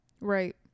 Right